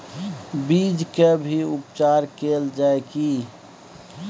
बीज के भी उपचार कैल जाय की?